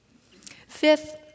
Fifth